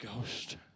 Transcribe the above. Ghost